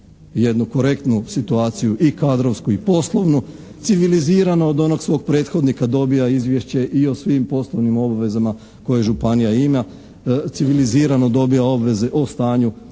jednu korektnu situaciju i kadrovsku i poslovnu, civilizirano od onog svog prethodnika dobija izvješće i o svim poslovnim obvezama koje županija ima, civilizirano dobija obveze o stanju na